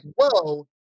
whoa